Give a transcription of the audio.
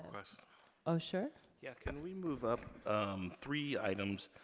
request. oh, sure. yeah, can we move up three items.